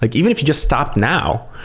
like even if you just stop now,